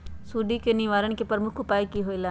सुडी के निवारण के प्रमुख उपाय कि होइला?